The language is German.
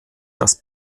das